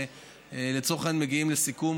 ולצורך העניין מגיעים לסיכום,